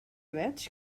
veig